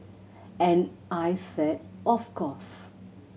and I said of course